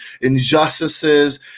injustices